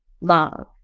love